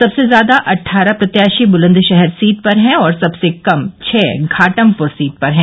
सबसे ज्यादा अट्ठारह प्रत्याशी बुलन्दशहर सीट पर है और सबसे कम छह घाटमपुर सीट पर हैं